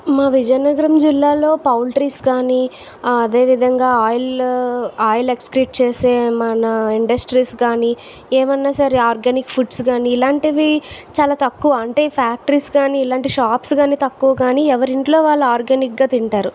మా విజయనగరం జిల్లాలో పౌల్ట్రీస్ కానీ అదే విధంగా ఆయిల్ ఆయిల్ ఎస్క్రిట్ చేసే మన ఇండస్ట్రీస్ కానీ ఏమన్నా సరే ఆర్గానిక్ ఫుడ్స్ కాని ఇలాంటివి చాలా తక్కువ అంటే ఫ్యాక్టరీస్ గాని ఇలాంటి షాప్స్ కాని తక్కువ కాని ఎవరి ఇంట్లో వాళ్ళు ఆర్గానిక్ గా తింటారు